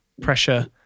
pressure